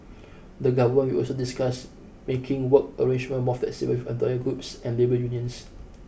the Government will also discuss making work arrangement more flexible with employer groups and labour unions